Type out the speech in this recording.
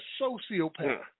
sociopath